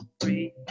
free